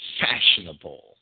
fashionable